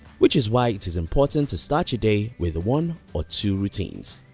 which is why it is important to start your day with one or two routines.